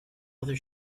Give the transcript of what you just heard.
other